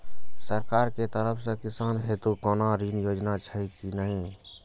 सरकार के तरफ से किसान हेतू कोना ऋण योजना छै कि नहिं?